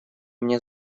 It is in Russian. мне